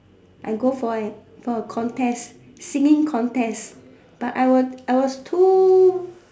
I go for an for a contest singing contest but I was I was too